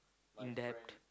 in depth